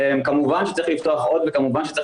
שכמובן שצריך לפתוח עוד וכמובן שצריך